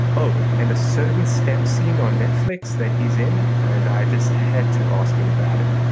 oh, and a certain stamp scene on netflix that he's in, and i just had to ask him about it.